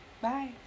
Bye